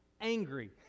angry